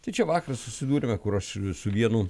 tai čia vakar susidūrėme kurios visų vienu